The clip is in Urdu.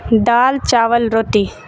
دال چاول روٹی